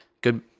good